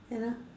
and uh